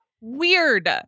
weird